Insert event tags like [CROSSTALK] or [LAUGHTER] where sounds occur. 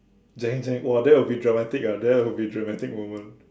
[NOISE] !wah! that would be dramatic ah that would be dramatic moment